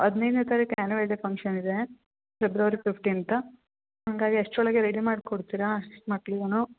ಹದಿನೈದನೇ ತಾರೀಕು annual day function ಇದೆ ಫೆಬ್ರವರಿ ಫಿಫ್ಟೀನ್ತ್ ಹಂಗಾಗಿ ಅಷ್ಟರ ಒಳಗೆ ರೆಡಿ ಮಾಡ್ಕೊಡ್ತಿರಾ ಅಷ್ಟು ಮಕ್ಳಿಗು